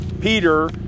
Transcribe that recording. Peter